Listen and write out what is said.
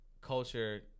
culture